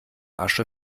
asche